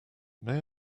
may